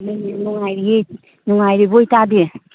ꯅꯨꯡꯉꯥꯏꯔꯤꯌꯦ ꯅꯨꯡꯉꯥꯏꯔꯤꯕꯣ ꯏꯇꯥꯗꯤ